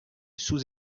sous